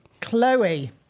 Chloe